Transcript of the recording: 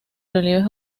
relieves